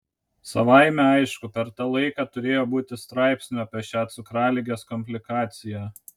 savaime aišku per tą laiką turėjo būti straipsnių apie šią cukraligės komplikaciją